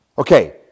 Okay